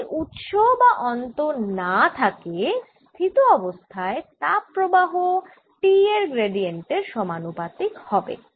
যদি উৎস বা অন্ত না থাকে স্থিত অবস্থায় তাপ প্রবাহ T এর গ্র্যাডিয়েন্ট এর সমানুপাতিক হবে